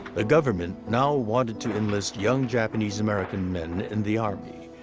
the government now wanted to enlist young japanese american men in the army,